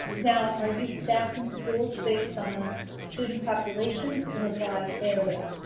now, are you staffing schools based on student population or by area?